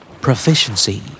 Proficiency